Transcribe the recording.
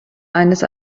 eines